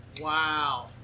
Wow